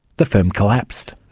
the firm collapsed.